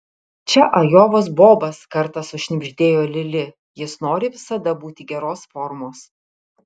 čia ajovos bobas kartą sušnibždėjo lili jis nori visada būti geros formos